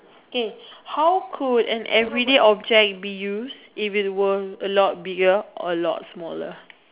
okay how could an everyday object be used if it were a lot bigger or a lot smaller